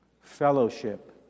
fellowship